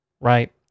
right